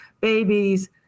babies